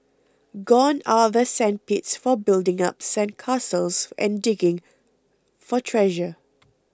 gone are the sand pits for building up sand castles and digging for treasure